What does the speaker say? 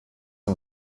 und